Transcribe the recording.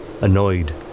annoyed